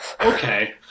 Okay